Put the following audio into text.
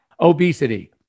obesity